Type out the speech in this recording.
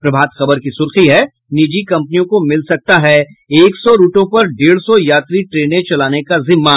प्रभात खबर की सुर्खी है निजी कंपनियों को मिल सकता है एक सौ रूटों पर डेढ़ सौ यात्री टेनें चलाने का जिम्मा